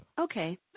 okay